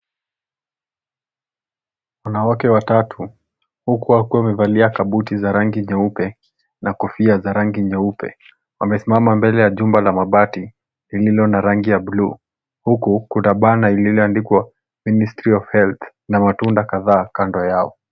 Wanawake watatu huku wakiwa wamevalia kabuti za rangi nyeupe na kofia za rangi nyeupe. Wamesimama mbele ya jumba la mabati lililo na rangi ya bluu. Huku kuna banner lililoandikwa ministry of health na matunda kadhaa kando yao.